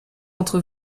entre